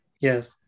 Yes